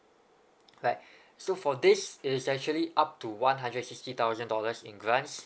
right so for this it is actually up to one hundred sixty thousand dollars in grants